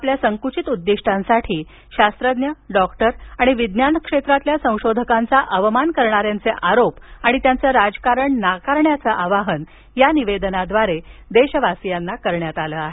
आपल्या संकुचित उद्दिष्टांसाठी शास्त्रज्ञ डॉक्टर आणि विज्ञान क्षेत्रातल्या संशोधकांचा अवमान करणाऱ्यांचे आरोप आणि त्यांचं राजकारण नाकारण्याचं आवाहन या निवेदनाद्वारे देशवासियांना करण्यात आलं आहे